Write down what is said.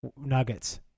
nuggets